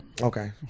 Okay